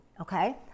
okay